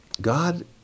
God